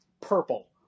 purple